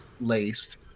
laced